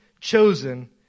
chosen